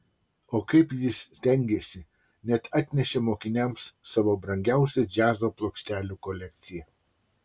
o kaip jis stengėsi net atnešė mokiniams savo brangiausią džiazo plokštelių kolekciją